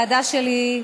הוועדה שלי,